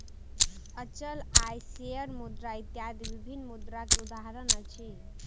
अचल आय, शेयर मुद्रा इत्यादि विभिन्न मुद्रा के उदाहरण अछि